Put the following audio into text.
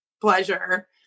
pleasure